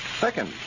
Second